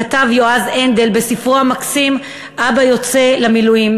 כתב יועז הנדל בספרו המקסים 'אבא יוצא למילואים',